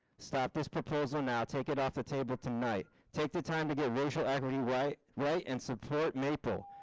stop this proposal now take it off the table tonight. take the time to get racial. equity right right and support maple.